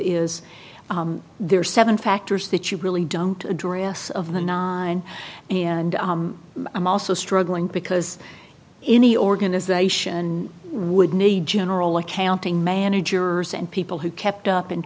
are seven factors that you really don't address of the nine and i'm also struggling because any organization would need general accounting managers and people who kept up